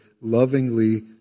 lovingly